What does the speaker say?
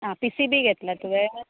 आ P C B घेतलां तुवें